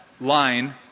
line